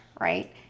right